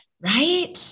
right